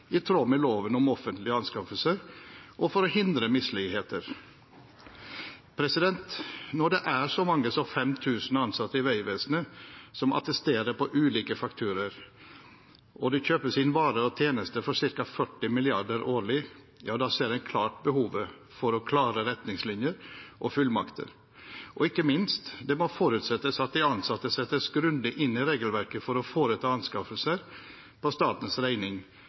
i tråd med loven om offentlige anskaffelser og for å hindre misligheter. Når det er så mange som 5 000 ansatte i Vegvesenet som attesterer på ulike fakturaer, og det kjøpes inn varer og tjenester for ca. 40 mrd. kr årlig, ja, da ser en klart behovet for klare retningslinjer og fullmakter. Og ikke minst: Det må forutsettes at de ansatte settes grundig inn i regelverket for å foreta anskaffelser på statens regning,